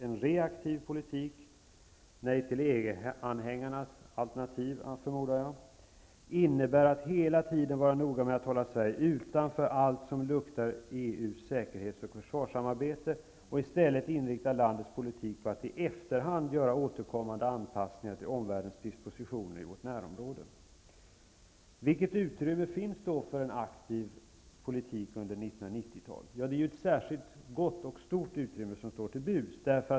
En reaktiv politik, nej-till-EG anhängarnas alternativ förmodar jag, innebär att hela tiden vara noga med att hålla Sverige utanför allt som luktar EU:s säkerhets och försvarssamarbete och i stället inrikta landets politik på att i efterhand göra återkommande anpassningar till omvärldens dispositioner i vårt närområde. Vilket utrymme finns då för en aktiv politik under 1990-talet? Det är ett särskilt stort och gott utrymme som står till buds.